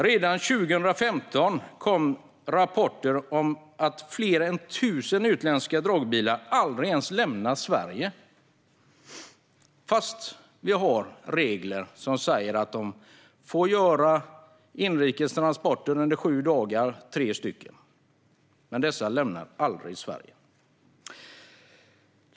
Redan 2015 kom rapporter om att fler än 1 000 utländska dragbilar aldrig ens lämnar Sverige - detta trots att vi har regler som säger att de får göra tre inrikestransporter under sju dagar. Men dessa lämnar aldrig Sverige.